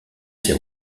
ses